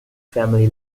family